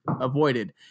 avoided